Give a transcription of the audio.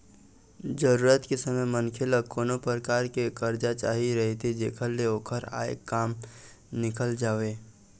जरूरत के समे मनखे ल कोनो परकार के करजा चाही रहिथे जेखर ले ओखर आय काम निकल जावय